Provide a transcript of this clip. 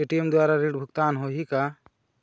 ATM द्वारा ऋण भुगतान होही का?